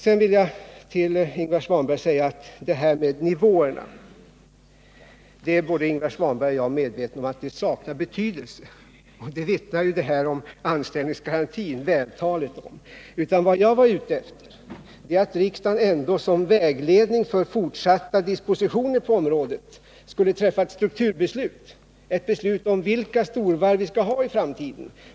Sedan vill jag säga att detta med nivåer saknar betydelse — det är ju Ingvar Svanberg och jag överens om. Att det saknar betydelse vittnar ju anställningsgarantin vältaligt om. Vad jag var ute efter var att riksdagen ändå som vägledning för fortsatta dispositioner på området skulle träffa ett strukturbeslut, ett beslut om vilka storvarv vi skall ha i framtiden.